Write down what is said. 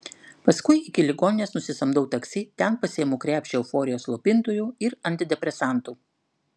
paskui iki ligoninės nusisamdau taksi ten pasiimu krepšį euforijos slopintojų ir antidepresantų